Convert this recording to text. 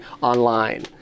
online